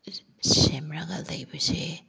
ꯁꯦꯝꯔꯒ ꯂꯩꯕꯁꯦ